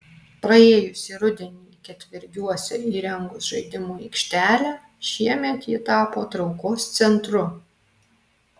praėjusį rudenį ketvergiuose įrengus žaidimų aikštelę šiemet ji tapo traukos centru